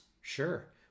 Sure